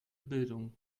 bildung